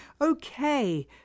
Okay